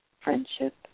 friendship